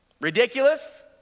Ridiculous